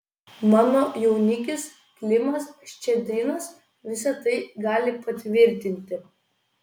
mano jaunikis klimas ščedrinas visa tai gali patvirtinti